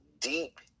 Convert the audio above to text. deep